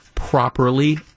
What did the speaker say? properly